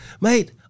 Mate